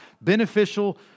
beneficial